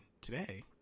today